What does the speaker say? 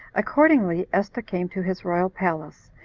accordingly, esther came to his royal palace,